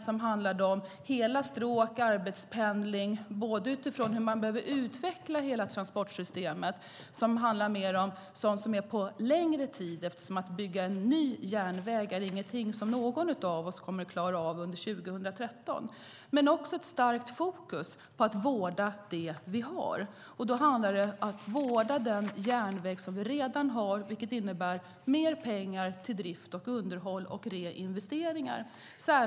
Det handlar om hela stråk, om arbetspendling, om hur man behöver utveckla hela transportsystemet på längre sikt. Att bygga en ny järnväg är ingenting som någon av oss kommer att klara av under 2013. Det handlar också om att ha ett starkt fokus på att vårda det vi har. Det gäller att vårda den järnväg vi redan har, vilket innebär mer pengar till drift, underhåll och reinvesteringar.